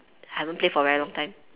I haven't play for a very long time